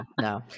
no